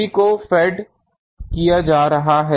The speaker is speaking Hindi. सभी को फेड किया जा रहा है